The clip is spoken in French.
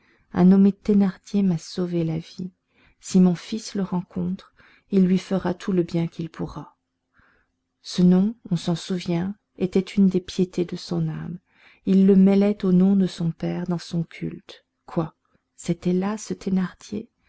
un nommé thénardier m'a sauvé la vie si mon fils le rencontre il lui fera tout le bien qu'il pourra ce nom on s'en souvient était une des piétés de son âme il le mêlait au nom de son père dans son culte quoi c'était là ce thénardier